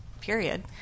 period